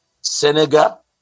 Senegal